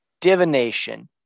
Divination